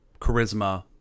charisma